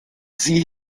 sie